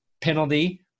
penalty